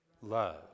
Love